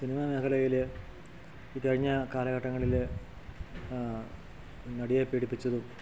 cinema മേഘലയിൽ ഈ കഴിഞ്ഞ കാലഘട്ടങ്ങളിൽ നടിയെ പീഡിപ്പിച്ചതും